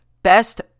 best